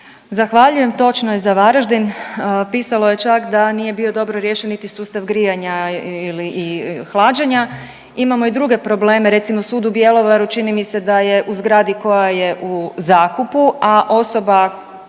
Zahvaljujem. Točno je za Varaždin, pisalo je čak da nije bio dobro riješen niti sustav grijanja ili hlađenja. Imamo i druge probleme, recimo sud u Bjelovaru čini mi se da je u zgradi koja je u zakupu, a osoba